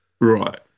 Right